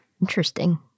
Interesting